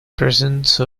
presence